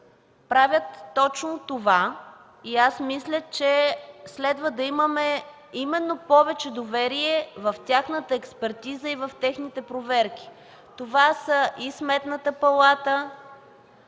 правят точно това, и аз мисля, че следва да имаме повече доверие в тяхната експертиза и техните проверки. Това са Сметната палата,